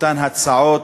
אותן הצעות,